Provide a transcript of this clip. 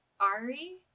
Ari